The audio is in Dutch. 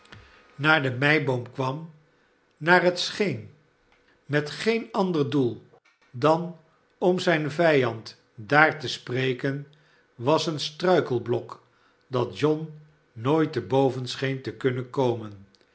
naar de barnaby rudge meiboom kwam naar het scheen met geen ander doel dan om ziin vijand daar te spreken was een strmkelblok dat john nooit te boven scheen te kunnen komen